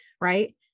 right